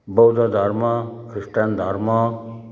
बौद्ध धर्म ख्रिस्टान धर्म